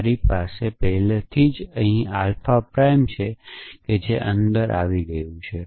મારી પાસે પહેલેથી જ અહીં આલ્ફા પ્રાઈમ છે જે અહી અંદર છે